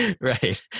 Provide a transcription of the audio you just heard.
Right